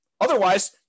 Otherwise